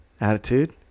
Attitude